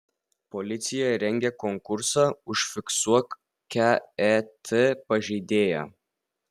policija rengia konkursą užfiksuok ket pažeidėją